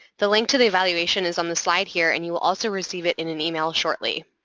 the link to the evaluation is on the slide here and you will also receive it in an email shortly.